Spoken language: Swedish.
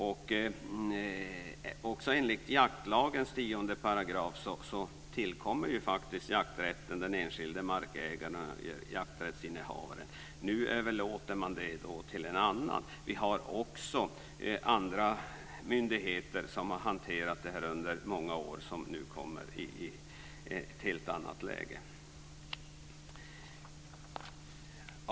Och enligt 10 § jaktlagen tillkommer jakträtten den enskilde jakträttsinnehavaren. Nu överlåter man den till en annan. Det är också andra myndigheter som har hanterat det här under många år som nu kommer i ett helt annat läge.